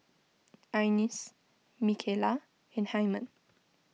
Ines Micaela and Hyman